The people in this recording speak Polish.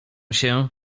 się